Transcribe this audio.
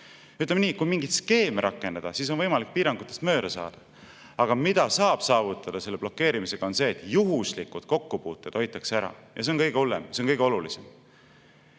Ütleme nii, et kui mingeid skeeme rakendada, siis on võimalik piirangutest mööda saada. Aga mida saab saavutada blokeerimisega, on see, et juhuslikud kokkupuuted hoitakse ära. See on kõige olulisem, see on kõige olulisem.